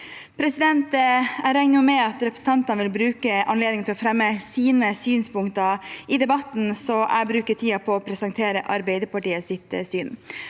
Jeg regner med at representantene vil bruke anledningen til å fremme sine synspunkter i debatten, så jeg bruker tiden på å presentere Arbeiderpartiets syn.